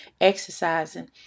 exercising